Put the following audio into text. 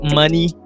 money